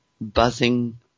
buzzing